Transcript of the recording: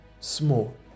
Small